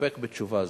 להסתפק בתשובה זו.